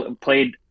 played